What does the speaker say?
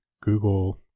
Google